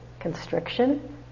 constriction